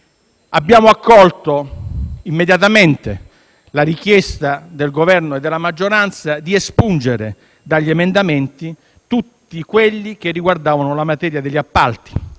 Abbiamo accolto immediatamente la richiesta del Governo e della maggioranza di espungere dagli emendamenti tutti quelli che riguardavano la materia degli appalti,